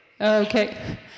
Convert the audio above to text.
Okay